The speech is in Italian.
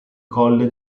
colle